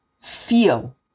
feel